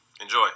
Enjoy